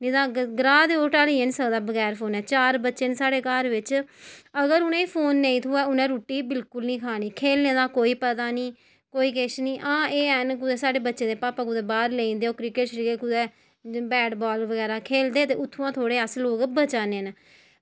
नेईं तां ओह् ग्राह् ते ओह् ढाली गै निं सकदा बगैर फोनै चार बच्चे न साढ़े घर बिच अगर उनें गी फोन निं थ्होऐ उनें रुट्टी बिल्कुल निं खानी खेल्लनै दा कोई पता निं आं एह् ऐ नी कुदै भापा बाहर लेई जंदे क्रिकेट कुदै इयां बैट बॉल खेल्लदे न ते इंया अस थोह्ड़ा बचा दे न